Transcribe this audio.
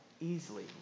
easily